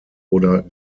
oder